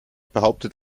behauptet